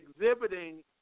exhibiting